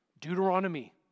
Deuteronomy